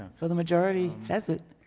well the majority has it.